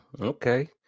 Okay